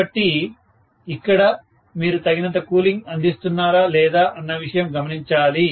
కాబట్టి ఇక్కడ మీరు తగినంత కూలింగ్ అందిస్తునారా లేదా అన్న విషయం గమనించాలి